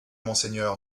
monseigneur